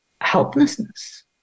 helplessness